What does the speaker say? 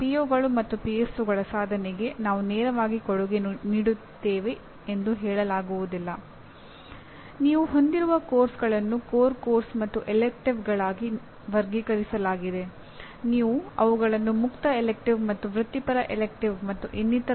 UG ಮತ್ತು PG ಮಟ್ಟದಲ್ಲಿ engineering ಕಾರ್ಯಕ್ರಮಗಳು ರಾಷ್ಟ್ರೀಯ ಮಾನ್ಯತೆ ಮಂಡಳಿಯ ಎನ್ ಬಿಎ ಸಾಧಿಸುವ ಅಗತ್ಯವಿರುತ್ತದೆ ಹಾಗೂ ಅವು ನಿರಂತರವಾಗಿ ತಮ್ಮ ಕಾರ್ಯಕ್ಷಮತೆಯನ್ನು ವೃದ್ಧಿಸುತ್ತಿದ್ದಾರೆ ಎಂಬುದನ್ನು ಪ್ರದರ್ಶಿಸಬೇಕಾಗುತ್ತದೆ